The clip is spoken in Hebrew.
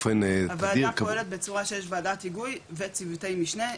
הוועדה פועלת בצורה שיש בה וועדת היגוי וצוותי משנה,